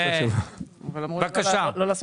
התקציב שילש